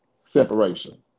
separation